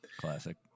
classic